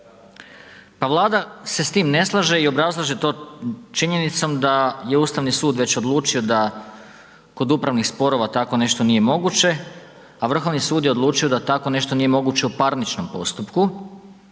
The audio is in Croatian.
Pa Vlada se s tim ne slaže i obrazlaže to činjenicom da je Ustavni sud već odlučio da kod upravnih sporova tako nešto nije moguće, a Vrhovni sud je odlučio da tako nešto nije moguće u parničnom postupku.